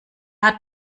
hat